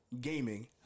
gaming